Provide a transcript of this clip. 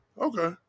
Okay